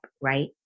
right